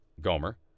Gomer